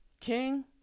King